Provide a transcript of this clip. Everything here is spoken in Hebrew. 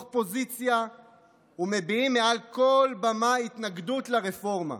פוזיציה ומביעים מעל כל במה התנגדות לרפורמה.